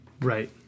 Right